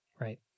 Right